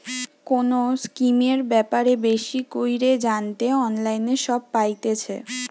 কোনো স্কিমের ব্যাপারে বেশি কইরে জানতে অনলাইনে সব পাইতেছে